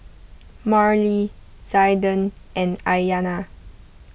Marlee Zaiden and Aiyana